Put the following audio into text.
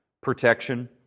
protection